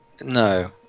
No